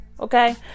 Okay